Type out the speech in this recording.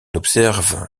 observe